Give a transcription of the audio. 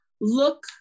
look